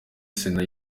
sena